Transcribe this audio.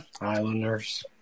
Islanders